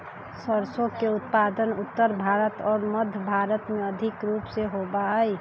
सरसों के उत्पादन उत्तर भारत और मध्य भारत में अधिक रूप से होबा हई